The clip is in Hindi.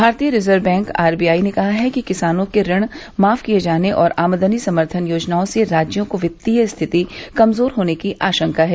भारतीय reserve bank R B I ने कहा है कि किसानों के ऋण माफ किए जाने और आमदनी समर्थन योजनाओं से राज्यों की वित्तीय स्थिति कमजोर होने की आशंका है